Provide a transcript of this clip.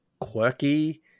quirky